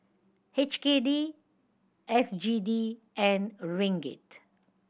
H K D S G D and Ringgit